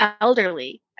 elderly